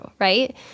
right